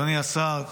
אדוני השר,